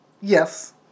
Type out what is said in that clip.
Yes